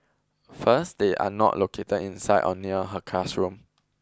first they are not located inside or near her classroom